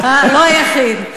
לא היחיד.